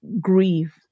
grieve